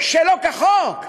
שלא כחוק.